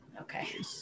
okay